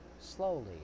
slowly